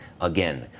again